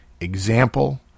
Example